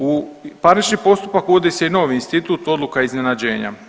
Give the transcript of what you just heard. U parnični postupak uvodi se i novi institut odluka iznenađenja.